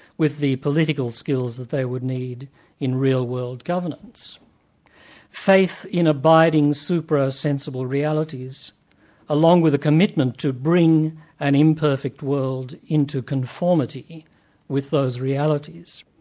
with the political skills that they would need in real-world governance faith in abiding supra-sensible realities along with a commitment to bring an imperfect world into conformity with those realities.